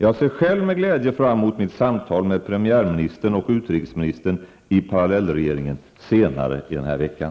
Jag ser själv med glädje fram emot mitt samtal med premiärministern och utrikesministern i parallellregeringen senare i veckan.